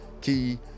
key